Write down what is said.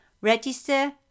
register